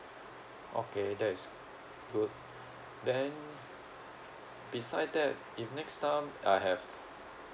okay that is good then besides that if next time I have